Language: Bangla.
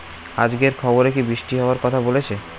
আজকের খবরে কি বৃষ্টি হওয়ায় কথা বলেছে?